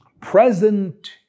present